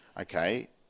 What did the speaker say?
okay